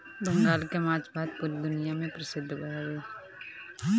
बंगाल के माछ भात पूरा दुनिया में परसिद्ध हवे